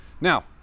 Now